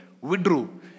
withdrew